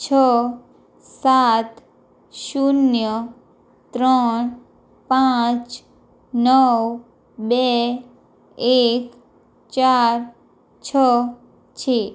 છ સાત શૂન્ય ત્રણ પાંચ નવ બે એક ચાર છ છે